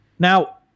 Now